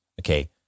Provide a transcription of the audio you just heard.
okay